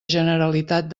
generalitat